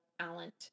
talent